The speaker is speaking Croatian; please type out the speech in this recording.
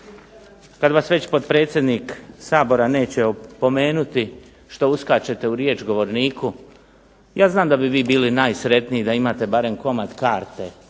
kad vas već potpredsjednik Sabora neće opomenuti što uskačete u riječ govorniku. Ja znam da bi vi bili najsretniji da imate barem komad karte